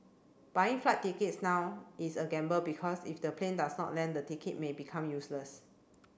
buying flight tickets now is a gamble because if the plane does not land the ticket may become useless